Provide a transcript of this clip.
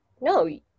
no